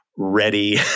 ready